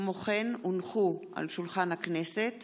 כמו כן הונחו על שולחן הכנסת